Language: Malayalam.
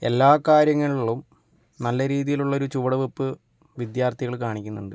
എല്ലാ കാര്യങ്ങളിലും നല്ല രീതിയിലുള്ള ഒരു ചുവടു വെയ്പ്പ് വിദ്യാർത്ഥികള് കാണിക്കുന്നുണ്ട്